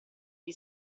gli